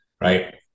right